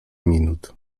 minut